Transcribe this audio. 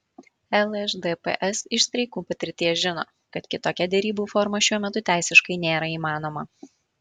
lšdps iš streikų patirties žino kad kitokia derybų forma šiuo metu teisiškai nėra įmanoma